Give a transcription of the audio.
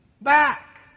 back